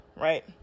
Right